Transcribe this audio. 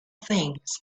things